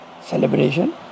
celebration